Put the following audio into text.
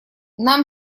нам